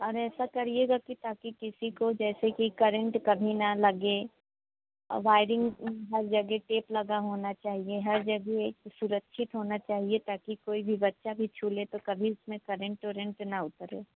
अरे ऐसा करिएगा कि ताकि किसी को जैसे कि करन्ट कभी ना लगे वायरिन्ग हर जगह टेप लगा होना चाहिए हर जगह सुरक्षित होना चाहिए ताकि कोई भी बच्चा भी छू ले तो कभी उसमें करन्ट उरन्ट ना उतरे